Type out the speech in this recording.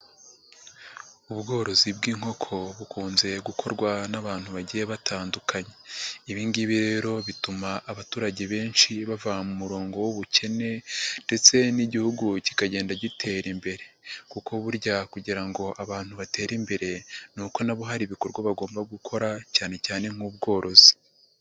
Ubworozi bw'inkoko bukunze gukorwa n'abantu bagiye batandukanye, ibingibi rero bituma abaturage benshi bava mu murongo w'ubukene ndetse n'Igihugu kikagenda gitera imbere, kuko burya kugira ngo abantu batere imbere ni uko nabo hari ibikorwa bagomba gukora cyane cyane nk'ubworozi.